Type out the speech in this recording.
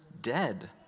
dead